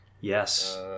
Yes